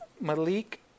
Malik